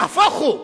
נהפוך הוא,